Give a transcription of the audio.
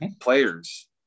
players